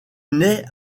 naît